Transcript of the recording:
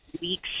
weeks